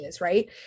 right